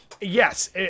Yes